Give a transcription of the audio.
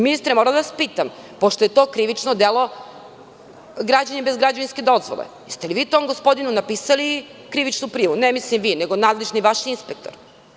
Ministre, moram da vas pitam, pošto je to krivično delo građenje bez građevinske dozvole, da li ste vi tom gospodinu napisali krivičnu prijavu, ne mislim vi, nego vaš nadležni inspektor?